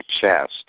chest